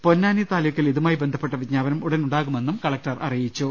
പൊന്നാനി താലൂക്കിൽ ഇതുമായി ബന്ധപ്പെട്ട വിജ്ഞാപനം ഉടൻ ഉണ്ടാ കുമെന്നും കളക്ടർ അറിയിച്ചു